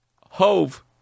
Hove